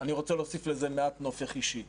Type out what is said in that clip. ואני רוצה להוסיף לזה מעט נופך אישי.